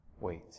wait